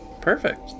Perfect